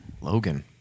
Logan